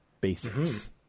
basics